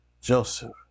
Joseph